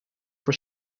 voor